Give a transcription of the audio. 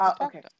okay